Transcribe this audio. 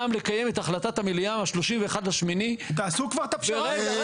גם לקיים את החלטת המליאה מה-31.08 --- תעשו כבר את הפשרה הזאת.